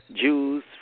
Jews